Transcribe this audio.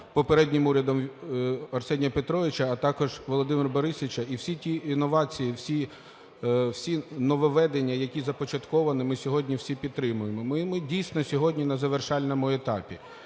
попереднім урядом Арсенія Петровича, а також Володимира Борисовича. І всі ті інновації, всі ті нововведення, які започатковані, ми сьогодні всі підтримуємо, ми дійсно сьогодні на завершальному етапі.